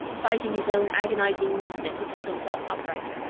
fighting his own agonizing weakness, he pulled himself upright.